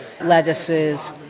lettuces